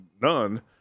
none